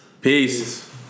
Peace